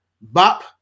bop